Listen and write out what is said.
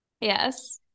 Yes